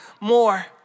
more